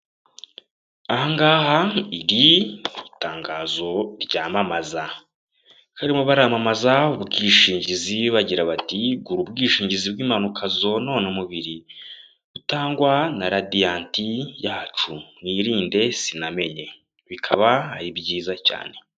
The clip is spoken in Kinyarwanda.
Aha ngaha iri ni itangazo ryamamaza, barimo baramamaza ubwishingizi bagira bati, gura ubwishingizi bw'impanuka zonona umubiri butangwa na radiyanti yacu, mwirinde si namenye, bikaba ari byiza cyane.